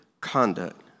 conduct